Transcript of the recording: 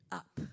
up